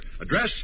Address